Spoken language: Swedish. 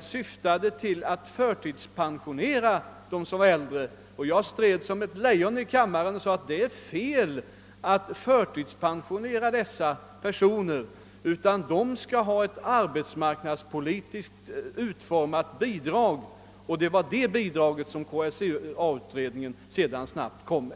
syftade till att få till stånd en förtidspensionering av de äldre. Jag stred som ett lejon i kammaren och sade att det var oriktigt att förtidspensionera dessa personer och att de i stället skulle ha ett arbetsmarknadspolitiskt utformat bidrag. Det var ett sådant bidrag som KSA-utredningen kort tid därefter föreslog.